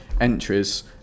entries